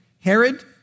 Herod